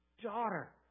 Daughter